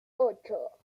ocho